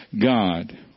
God